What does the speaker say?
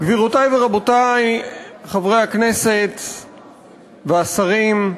גבירותי ורבותי חברי הכנסת והשרים,